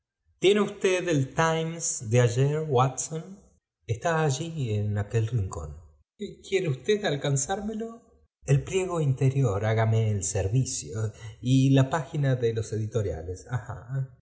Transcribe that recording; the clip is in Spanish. correo usted el times de ayer watson eetá allí en aquel rincón quiere usted alcanzármelo el pliego intenor hágame el servicio la página de los